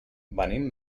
venim